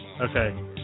Okay